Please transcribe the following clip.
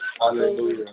Hallelujah